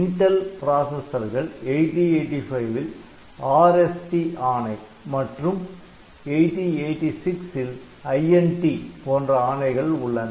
Intel பிராசஸர்கள்8085 ல் RST ஆணை மற்றும் 8086 ல் INT போன்ற ஆணைகள் உள்ளன